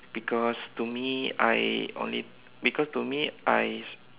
because to me I only because to me I